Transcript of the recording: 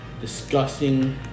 disgusting